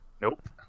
Nope